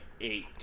eight